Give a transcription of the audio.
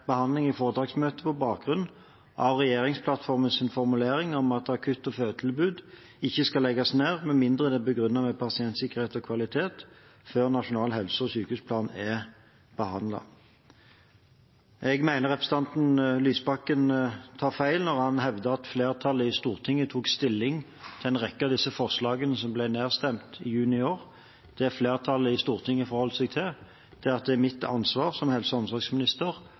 behandling i foretaksmøte på bakgrunn av regjeringsplattformens formulering om at akutt- og fødetilbudet ikke skal legges ned, med mindre det er begrunnet med pasientsikkerhet og kvalitet, før nasjonal helse- og sykehusplan er behandlet. Jeg mener at representanten Lysbakken tar feil når han hevder at flertallet i Stortinget tok stilling til dette i en rekke av disse forslagene som ble nedstemt i juni i fjor. Flertallet i Stortinget forholdt seg til at det er mitt ansvar som helse- og omsorgsminister